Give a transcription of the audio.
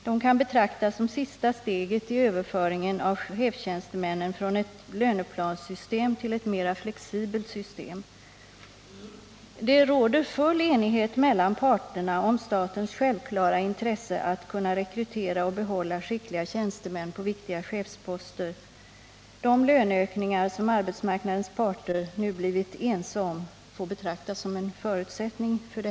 De kan betraktas som sista steget i överföringen av chefstjänstemännen från ett löneplanssystem till ett mera flexibelt system. Det råder full enighet mellan parterna om statens självklara intresse att kunna rekrytera och behålla skickliga tjänstemän på viktiga chefsposter. De löneökningar som arbetsmarknadens parter nu blivit ense om får betraktas som en förutsättning härför.